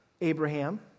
Abraham